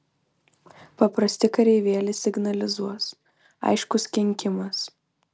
paprasti kareivėliai signalizuos aiškus kenkimas